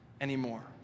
anymore